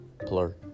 Plur